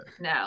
No